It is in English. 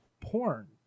porn